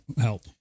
help